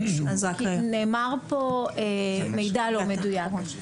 נאמר פה מידע לא מדויק.